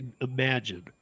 imagine